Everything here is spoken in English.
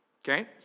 Okay